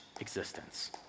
existence